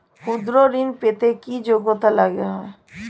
ক্ষুদ্র ঋণ পেতে কি যোগ্যতা লাগে?